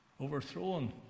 overthrown